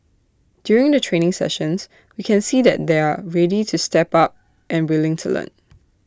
during the training sessions we can see that they're ready to step up and willing to learn